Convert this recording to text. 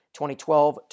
2012